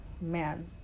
man